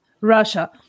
Russia